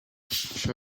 això